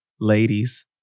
ladies